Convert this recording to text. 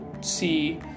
see